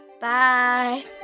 bye